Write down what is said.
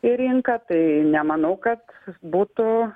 į rinką tai nemanau kad būtų